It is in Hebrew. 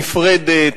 נפרדת,